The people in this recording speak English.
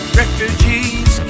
refugees